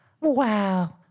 Wow